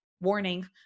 warning